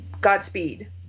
godspeed